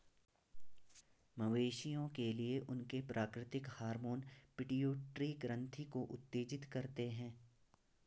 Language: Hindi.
मवेशियों के लिए, उनके प्राकृतिक हार्मोन पिट्यूटरी ग्रंथि को उत्तेजित करते हैं